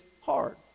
hard